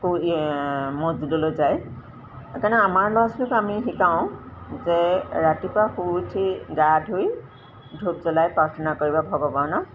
মচজিদলৈ যায় সেইকাৰণে আমাৰ ল'ৰা ছোৱালীকো আমি শিকাওঁ যে ৰাতিপুৱা শুই উঠি গা ধুই ধূপ জ্বলাই প্ৰাৰ্থনা কৰিবা ভগৱানক